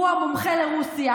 הוא המומחה לרוסיה.